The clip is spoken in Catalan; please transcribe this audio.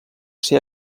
ser